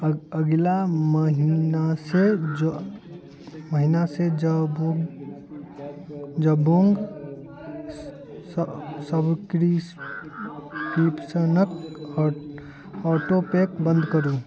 अगिला महिनासे जबौंग सब्सक्रिपसनक ऑटोपेकेँ बन्द करू